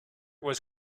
was